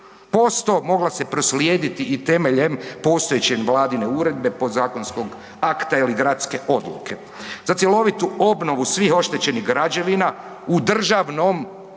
posto mogla se proslijediti i temeljem postojeće vladine uredbe, podzakonskog akta ili gradske odluke. Za cjelovitu obnovu svih oštećenih građevina u državnom i